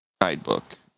guidebook